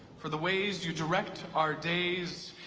for the ways you direct our days,